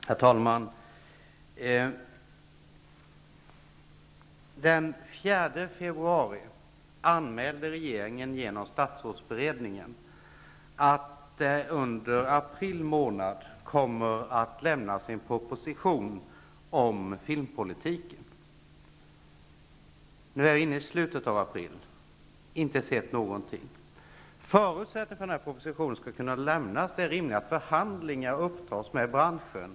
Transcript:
Herr talman! Den 4 februari anmälde regeringen genom statsrådsberedningen att det under april månad kommer att lämnas en proposition om filmpolitiken. Nu är vi i slutet av april och någon sådan proposition har vi inte sett. Förutsättningen för att en sådan proposition skall kunna lämnas är rimligen förhandlingar med branschen.